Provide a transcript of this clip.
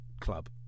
club